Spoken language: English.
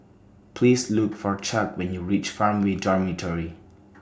Please Look For Chuck when YOU REACH Farmway Dormitory